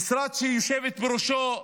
המשרד שיושבת בראשו סטרוק,